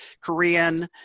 Korean